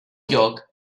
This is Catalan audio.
lloc